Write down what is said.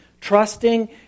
Trusting